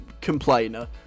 complainer